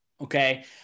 Okay